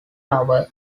lower